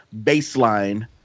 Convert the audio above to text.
baseline